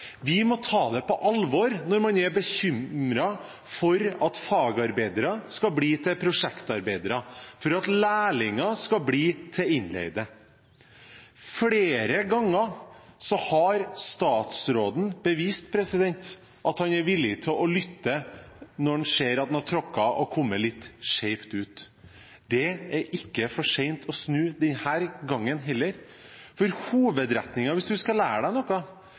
Vi må ta det på alvor når man er bekymret for at fagarbeidere skal bli til prosjektarbeidere, for at lærlinger skal bli til innleide. Flere ganger har statsråden bevist at han er villig til å lytte når han ser at han har kommet litt skjevt ut. Det er ikke for sent å snu denne gangen heller. For hovedretningen – hvis du skal lære deg noe